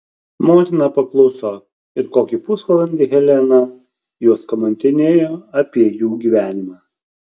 motina pakluso ir kokį pusvalandį helena juos kamantinėjo apie jų gyvenimą